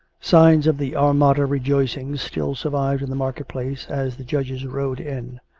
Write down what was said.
signs of the armada rejoicings still survived in the market-place as the judges rode in.